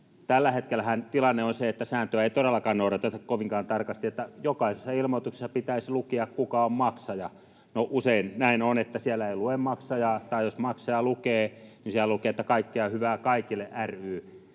Tällä hetkellähän tilanne on se, että sääntöjä ei todellakaan noudateta kovinkaan tarkasti. Jokaisessa ilmoituksessa pitäisi lukea, kuka on maksaja. No, usein näin on, että siellä ei lue maksajaa, tai jos maksaja lukee, niin siellä lukee ”Kaikkea hyvää kaikille ry”,